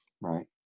right